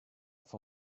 for